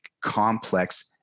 complex